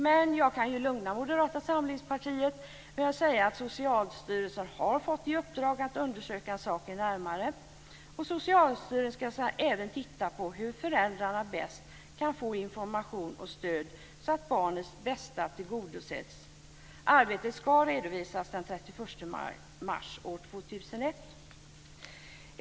Men jag kan lugna Moderata samlingspartiet med att säga att Socialstyrelsen har fått i uppdrag att undersöka saken närmare. Socialstyrelsen ska även titta på hur föräldrarna bäst kan få information och stöd så att barnets bästa tillgodoses. Arbetet ska redovisas senast den 31 mars 2001.